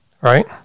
right